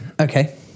okay